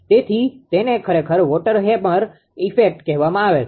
તેથી તેને ખરેખર વોટર હેમર ઇફેક્ટ કહેવામાં આવે છે